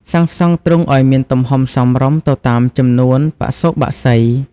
សាងសង់ទ្រុងឲ្យមានទំហំសមរម្យទៅតាមចំនួនបសុបក្សី។